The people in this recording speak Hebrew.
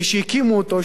שהקימו אותו,